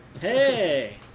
Hey